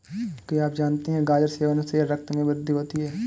क्या आप जानते है गाजर सेवन से रक्त में वृद्धि होती है?